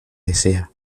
desea